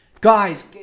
Guys